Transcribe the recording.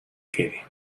quede